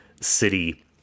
city